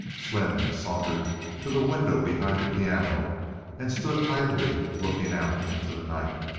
slim sauntered to the window behind the piano and stood idly looking out into the night.